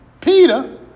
Peter